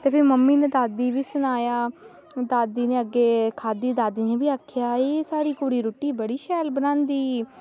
ते मम्मी नै दादी गी बी सनाया दादी नै अग्गें खाद्धी ते दादी नै बी आक्खेआ कि एह् साढ़ी कुड़ी रुट्टी बड़ी शैल बनांदी